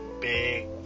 big